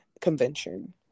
convention